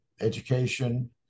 education